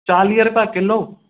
चालीह रुपया किलो